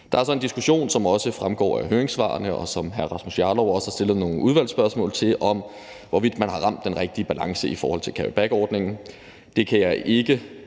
Der er så en diskussion, som også fremgår af høringssvarene, og som hr. Rasmus Jarlov også har stillet nogle udvalgsspørgsmål til, om, hvorvidt man har ramt den rigtige balance i forhold til carryback-ordningen. Det kan jeg ikke